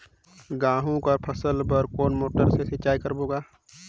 गहूं कर फसल बर कोन मोटर ले सिंचाई करबो गा?